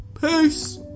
peace